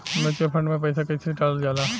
Mutual fund मे पईसा कइसे डालल जाला?